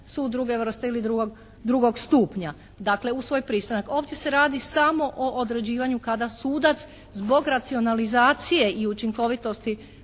sud druge vrste ili drugog stupnja. Dakle, uz svoj pristanak. Ovdje se radi smo o određivanju kada sudac zbog racionalizacije i učinkovitosti